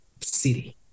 city